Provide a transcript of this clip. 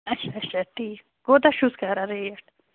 اَچھا اَچھا ٹھیٖک کوتاہ چھُس کران ریٹ